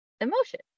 emotion